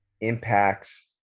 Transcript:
impacts